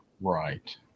Right